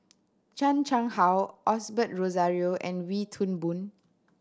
Chan Chang How Osbert Rozario and Wee Toon Boon